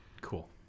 Cool